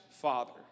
father